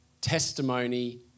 testimony